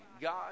God